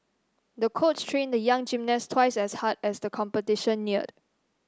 the coach trained the young gymnast twice as hard as the competition neared